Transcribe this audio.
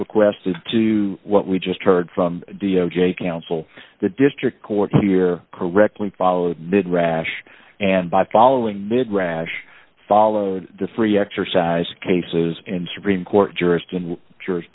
requested to what we just heard from d o j counsel the district court here correctly followed mid rash and by following mid rash follow the free exercise cases and supreme court jurist and jur